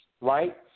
right